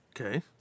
Okay